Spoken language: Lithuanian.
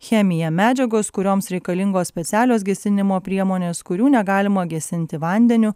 chemija medžiagos kurioms reikalingos specialios gesinimo priemonės kurių negalima gesinti vandeniu